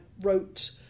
wrote